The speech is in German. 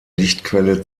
lichtquelle